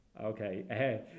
Okay